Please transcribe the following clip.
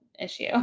issue